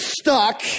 stuck